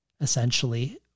essentially